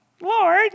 Lord